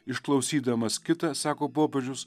išklausydamas kitą sako popiežius